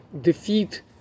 defeat